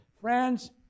Friends